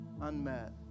unmet